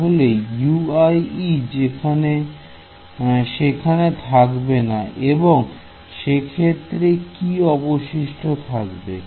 তাহলে সেখানে থাকবে না এবং সেক্ষেত্রে কি অবশিষ্ট থাকবে